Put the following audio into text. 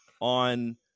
on